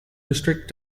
restrict